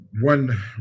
one